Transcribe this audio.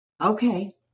okay